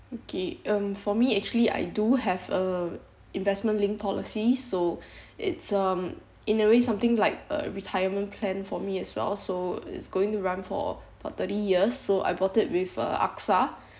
okay um for me actually I do have a investment linked policy so it's um in a way something like a retirement plan for me as well so it's going to run for about thirty years so I bought it with uh AXA